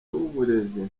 w’uburezi